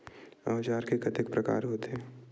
औजार के कतेक प्रकार होथे?